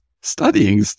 studying